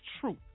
truth